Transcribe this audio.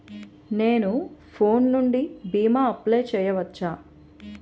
నేను ఫోన్ నుండి భీమా అప్లయ్ చేయవచ్చా?